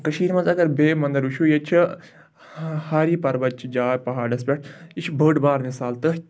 کٔشیٖرِ منٛز اگر بیٚیہِ مَنٛدَر وٕچھِو ییٚتہِ چھِ ہاری پَربَت چھِ جاے پہاڑَس پٮ۪ٹھ یہِ چھِ بٔڑ بار مِثال تٔتھۍ